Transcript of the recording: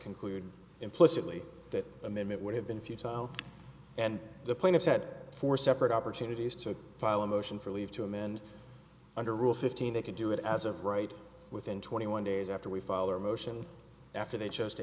conclude implicitly that amendment would have been futile and the plaintiff had four separate opportunities to file a motion for leave to amend under rule fifteen they can do it as of right within twenty one days after we file or motion after they chose to